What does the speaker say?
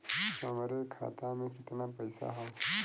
हमरे खाता में कितना पईसा हौ?